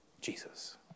Jesus